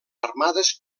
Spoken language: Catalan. armades